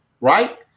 right